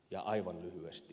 ja aivan lyhyesti